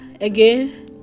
again